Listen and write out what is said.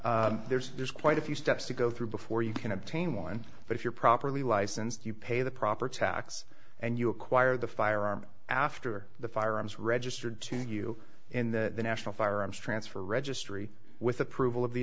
there's there's quite a few steps to go through before you can obtain one but if you're properly licensed you pay the proper tax and you acquire the firearm after the firearms registered to you in the national firearms transfer registry with approval of the